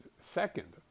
second